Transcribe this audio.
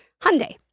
Hyundai